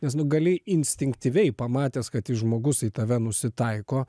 nes nu gali instinktyviai pamatęs kad žmogus į tave nusitaiko